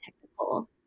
technical